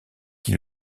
qui